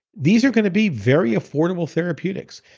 these are going to be very affordable therapeutics.